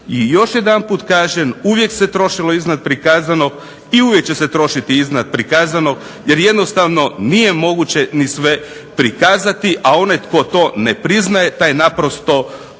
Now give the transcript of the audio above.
I još jedanput kaže uvijem se trošilo iznad prikazanog i uvijek će se trošiti iznad prikazanog, jer jednostavno nije moguće sve prikazati, a onaj tko to ne priznaje taj naprosto laže,